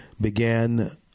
began